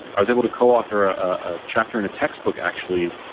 i was able to co-author ah a chapter in a textbook actually,